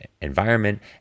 environment